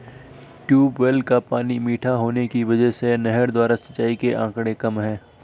tubewell का पानी मीठा होने की वजह से नहर द्वारा सिंचाई के आंकड़े कम है